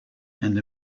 and